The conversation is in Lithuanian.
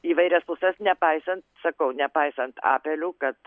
įvairias puses nepaisant sakau nepaisant apelių kad